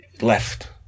left